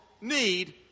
need